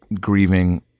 grieving